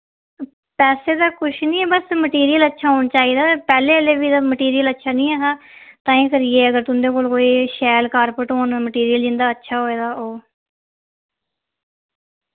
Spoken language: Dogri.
पैसे दा कुछ नी ऐ बस मटीरियल अच्छा होना चाहिदा पैह्ले आह्ले वी दा मटीरियल अच्छा नि हा ताईं करियै अगर तुं'दे कोल कोई शैल कारपेट होन मटीरियल जिंदा अच्छा होऐ तां ओ